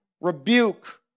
Rebuke